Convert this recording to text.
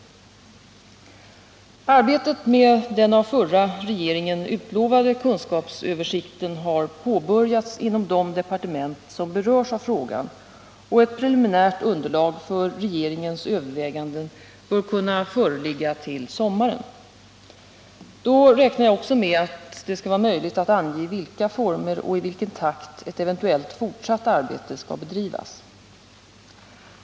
Arbetet med den av förra regeringen utlovade kunskapsöversikten har påbörjats inom de departement som berörs av frågan, och ett preliminärt underlag för regeringens överväganden bör kunna föreligga till sommaren. Då räknar jag också med att det skall vara möjligt att ange i vilka former och i vilken takt ett eventuellt fortsatt arbete skall bedrivas.